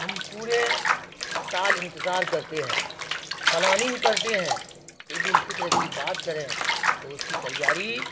ہم پورے سال انتظار کرتے ہیں پلاننگ کرتے ہیں عید الفطر کی بات کریں تو اس کی تیاری